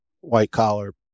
white-collar